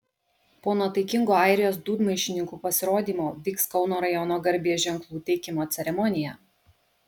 po nuotaikingo airijos dūdmaišininkų pasirodymo vyks kauno rajono garbės ženklų teikimo ceremonija